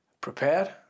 prepared